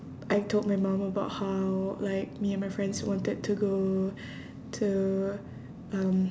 I told my mum about how like me and my friends wanted to go to um